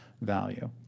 value